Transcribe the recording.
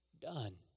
done